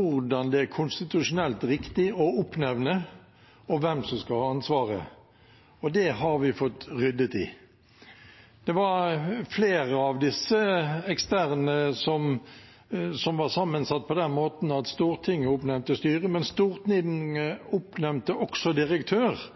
hvordan det er konstitusjonelt riktig å oppnevne, og hvem som skal ha ansvaret, og det har vi fått ryddet i. Det var flere av disse eksterne organene som var sammensatt på den måten at Stortinget oppnevnte styret, men at Stortinget også oppnevnte direktør